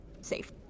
safe